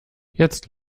jetzt